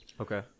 Okay